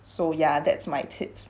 so ya that's my tips